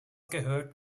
gehört